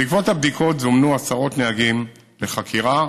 בעקבות הבדיקות זומנו עשרות נהגים לחקירה,